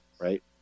right